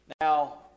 Now